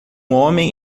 homem